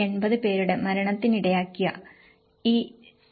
17480 പേരുടെ മരണത്തിനിടയാക്കിയ ഈ 7